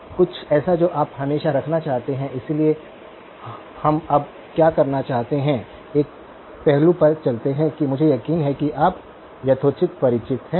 कुछ ऐसा जो आप हमेशा रखना चाहते हैं इसलिए हम अब क्या करना चाहते हैं एक पहलू पर चलते हैं कि मुझे यकीन है कि आप यथोचित परिचित हैं